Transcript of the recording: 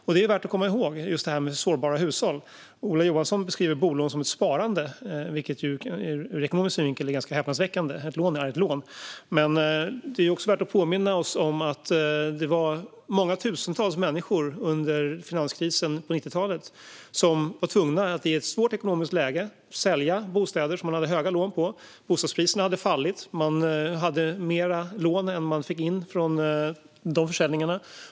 Just det här med sårbara hushåll är värt att komma ihåg. Ola Johansson beskriver bolån som ett sparande, vilket ur ekonomisk synvinkel är ganska häpnadsväckande. Ett lån är ett lån. Men det är också värt att påminna om att många tusentals människor under finanskrisen på 90-talet blev tvungna att i ett svårt ekonomiskt läge sälja bostäder som man hade höga lån på. Bostadspriserna hade fallit, och man hade mer i lån än man fick in av försäljningarna.